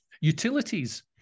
utilities